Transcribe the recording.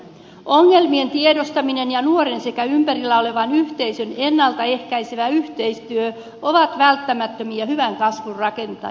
ongelmien tiedostaminen ja nuoren sekä ympärillä olevan yhteisön ennalta ehkäisevä yhteistyö ovat välttämättömiä hyvän kasvun rakentajia